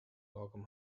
welcome